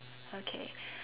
okay